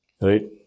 right